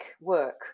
work